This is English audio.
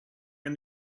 and